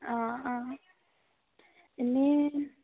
অঁ অঁ এনেই